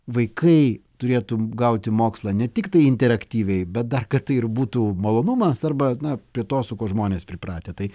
vaikai turėtų gauti mokslą ne tiktai interaktyviai bet dar kad tai ir būtų malonumas arba na prie to su kuo žmonės pripratę tai